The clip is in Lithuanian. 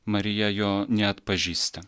marija jo neatpažįsta